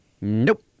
Nope